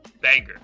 banger